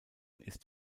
ist